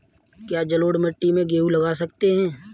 क्या जलोढ़ मिट्टी में गेहूँ लगा सकते हैं?